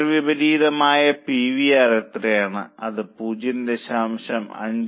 നേർവിപരീതമായ P V R എത്രയാണ് അത് 0